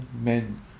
men